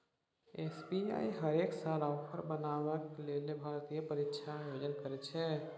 SBI हरेक साल अफसर बनबाक लेल भारतमे परीक्षाक आयोजन करैत छै